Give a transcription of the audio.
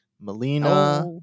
Melina